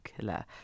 killer